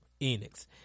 Enix